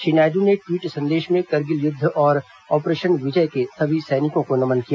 श्री नायड् ने ट्वीट संदेश में करगिल युद्ध और ऑपरेशन विजय के सभी सैनिकों को नमन किया